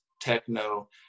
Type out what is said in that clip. techno